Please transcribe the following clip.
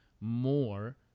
more